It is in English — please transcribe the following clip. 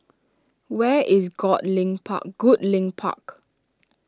where is Goodlink Park